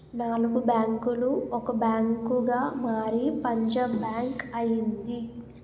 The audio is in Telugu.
నాలుగు బ్యాంకులు ఒక బ్యాంకుగా మారి పంజాబ్ బ్యాంక్ అయింది